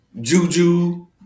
Juju